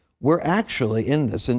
we're actually in this. and